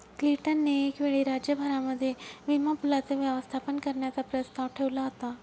Clinton ने एक वेळी राज्य भरामध्ये विमा पूलाचं व्यवस्थापन करण्याचा प्रस्ताव ठेवला होता